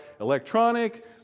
electronic